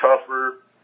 tougher